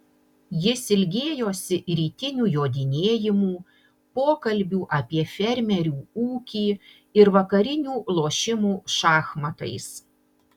jis ilgėjosi rytinių jodinėjimų pokalbių apie fermerių ūkį ir vakarinių lošimų šachmatais